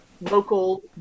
Local